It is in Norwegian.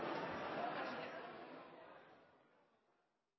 terskel